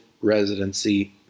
residency